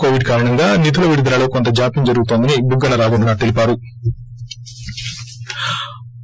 Covid కారణంగా నిధుల వ్డుదలలో కొంత జాప్యం జరుగుతోందని బుగ్గన్న రాజేంద్రనాద్ తెలిపారు